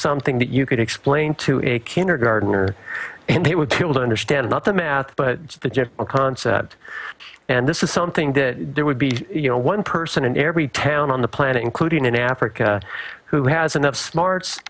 something that you could explain to a kindergartener and it would kill to understand not that math but that you have a concept and this is something that there would be you know one person in every town on the planet including in africa who has enough smarts